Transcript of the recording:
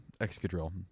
Excadrill